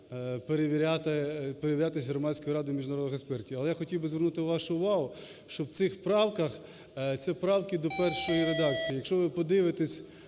перевірятись Громадською радою міжнародних експертів. Але я хотів би звернути вашу увагу, що в цих правках, ці правки до першої редакції. Якщо ви подивитесь